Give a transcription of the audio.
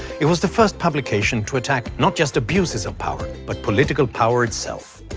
it was the first publication to attack not just abuses of power, but political power itself.